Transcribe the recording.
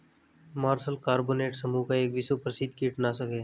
martial carbonate समूह का एक विश्व प्रसिद्ध कीटनाशक है